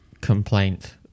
complaint